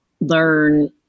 learn